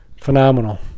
Phenomenal